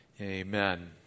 amen